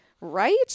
Right